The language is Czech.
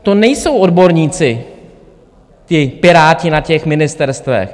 To nejsou odborníci, ti piráti na těch ministerstvech.